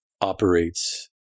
operates